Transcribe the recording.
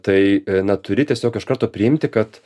tai na turi tiesiog iš karto priimti kad